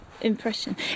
impression